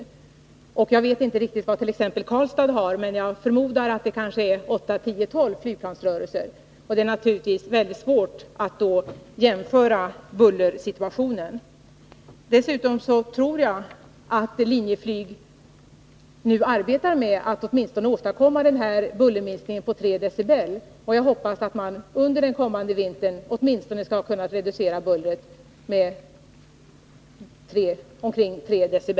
Jag vet inte riktigt hur många flygplansrörelser t.ex. Karlstad har, men jag förmodar att det rör sig om åtta, tio eller tolv. Det är då naturligtvis svårt att jämföra bullersituationen. Dessutom tror jag att Linjeflyg nu arbetar med att åstadkomma den nämnda bullerminskningen. Jag hoppas att man under den kommande vintern skall kunna reducera bullret med åtminstone ca 3 dB.